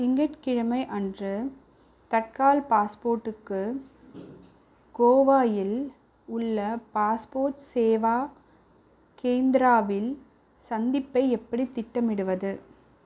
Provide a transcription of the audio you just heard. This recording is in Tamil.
திங்கட்கிழமை அன்று தட்கால் பாஸ்போர்ட்டுக்கு கோவாயில் உள்ள பாஸ்போர்ட் சேவா கேந்திராவில் சந்திப்பை எப்படி திட்டமிடுவது